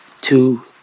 two